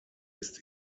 ist